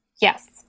Yes